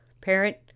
parent